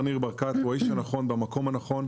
ניר ברקת הוא האיש הנכון במקום הנכון,